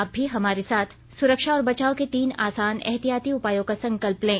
आप भी हमारे साथ सुरक्षा और बचाव के तीन आसान एहतियाती उपायों का संकल्प लें